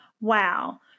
Wow